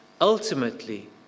Ultimately